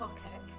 Okay